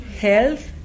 Health